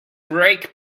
break